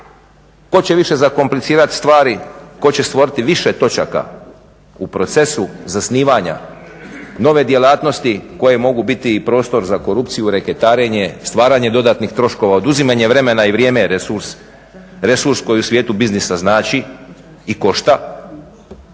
tko će više zakomplicirati stvari, tko će stvoriti više točaka… u procesu zasnivanja nove djelatnosti koje mogu biti i prostor za korupciju, reketarenje, stvaranje dodatnih troškova, oduzimanje vremena i vrijeme je resurs koji u svijetu biznisa znači i košta.